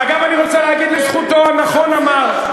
ואגב, אני רוצה להגיד לזכותו: נכון אמר.